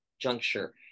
juncture